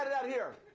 out here?